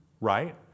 Right